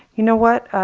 you know what?